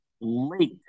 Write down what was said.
late